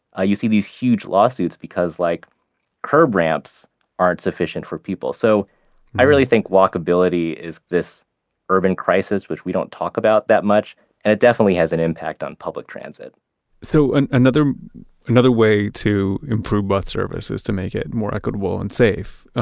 you see these huge lawsuits because like curb ramps aren't sufficient for people. so i really think walkability is this urban crisis, which we don't talk about that much and it definitely has an impact on public transit so another another way to improve bus service is to make it more equitable and safe.